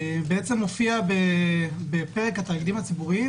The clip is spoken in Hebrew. מופע בפרק התאגידים הציבוריים